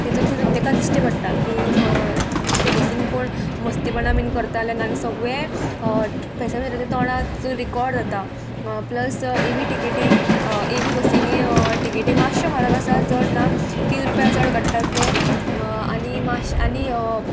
तितून तितून तेका दिश्टी पडटा की म्हणजे बसींत कोण मस्तीपणा बीन करता ना जाल्यार सगळे पॅसेंजराचीं तोंडां तितून रिकोर्ड जाता प्लस एवी टिकेटी एवी बसींनी टिकेटी मातशें म्हारग आसा चड ना तीन रुपया चड काडटात ते आनी मातशे आनी